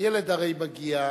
הילד הרי מגיע,